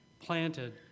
planted